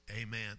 Amen